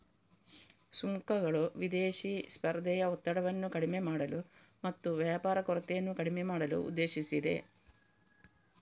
ಸುಂಕಗಳು ವಿದೇಶಿ ಸ್ಪರ್ಧೆಯ ಒತ್ತಡವನ್ನು ಕಡಿಮೆ ಮಾಡಲು ಮತ್ತು ವ್ಯಾಪಾರ ಕೊರತೆಯನ್ನು ಕಡಿಮೆ ಮಾಡಲು ಉದ್ದೇಶಿಸಿದೆ